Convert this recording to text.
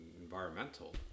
environmental